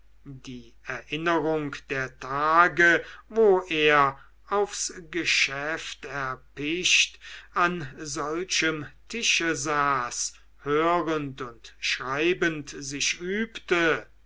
die erinnerung der tage wo er aufs geschäft erpicht an solchem tische saß hörend und schreibend sich übte